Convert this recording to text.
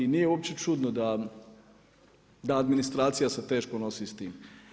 Nije uopće čudno, da administracija se teško nosi s tim.